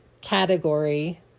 category